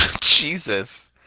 Jesus